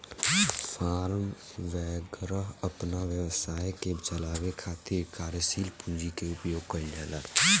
form वैगरह अपना व्यवसाय के चलावे खातिर कार्यशील पूंजी के उपयोग कईल जाला